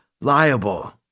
liable